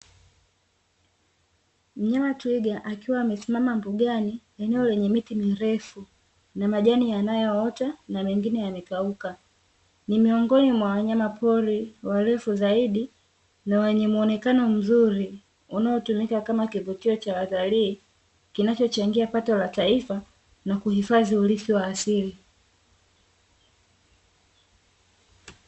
Mnyama tigwa akiwa amesimama mbugani eneo lenye miti mirefu, na majani yanayoota na mengine yamekauka. Ni miongoni mwa wanyamapori warefu zaidi na wenye muonekano mzuri unaotumika kama kivutio cha watalii, kinachochangia pato la taifa na kuhifadhi urithi wa asili.